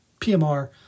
PMR